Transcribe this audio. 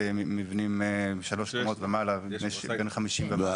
מבנים בני שלוש קומות ומעלה ובני 50 ויותר.